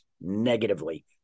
negatively